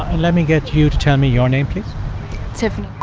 ah let me get you to tell me your name, please tiffany